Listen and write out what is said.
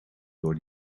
door